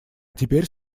теперь